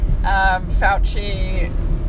Fauci